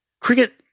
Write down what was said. Cricket